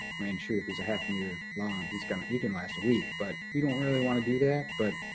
i mean sure, if he's a half a meter long, he's gonna, he can last a week, but we don't really wanna do that, but